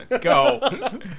Go